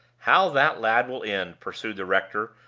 how that lad will end, pursued the rector,